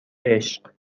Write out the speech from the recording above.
عشق